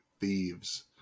thieves